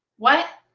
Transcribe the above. what?